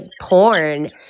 porn